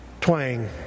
twang